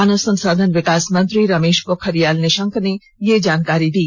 मानव संसाधन विकास मंत्री रमेश पोखरियाल निशंक ने यह जानकारी दी